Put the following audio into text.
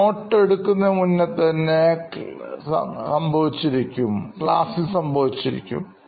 not എടുക്കുന്നതിനു മുന്നേ തന്നെ ക്ലാസ്സ് സംഭവിക്കും